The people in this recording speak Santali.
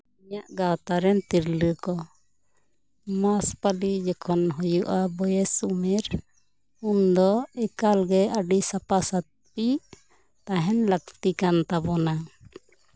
ᱤᱧᱟᱹᱜ ᱜᱟᱶᱛᱟᱨᱮᱱ ᱛᱤᱨᱞᱟᱹ ᱠᱚ ᱢᱟᱥ ᱯᱟᱞᱤ ᱡᱚᱠᱷᱚᱱ ᱦᱩᱭᱩᱜᱼᱟ ᱵᱚᱭᱮᱥ ᱩᱢᱮᱨ ᱩᱱᱫᱚ ᱮᱠᱟᱞᱜᱮ ᱟᱹᱰᱤ ᱥᱟᱯᱷᱟ ᱥᱟᱯᱷᱤ ᱛᱟᱦᱮᱱ ᱞᱟ ᱠᱛᱤ ᱠᱟᱱ ᱛᱟᱵᱳᱱᱟ